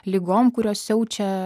ligom kurios siaučia